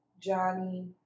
Johnny